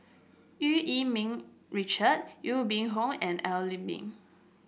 Eu Yee Ming Richard Aw Boon Haw and Al Lim Boon